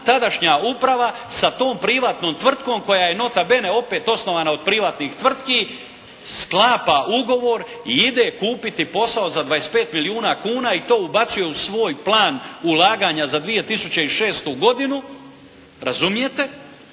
tadašnja uprava sa tom privatnom tvrtkom koja je nota bene opet osnovana od privatnih tvrtki sklapa ugovor i ide kupiti posao za 25 milijuna kuna i to ubacuje u svoj plan ulaganja za 2006. godinu, razumijete.